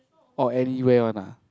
or anywhere one ah